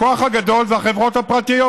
הכוח הגדול זה החברות הפרטיות.